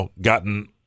gotten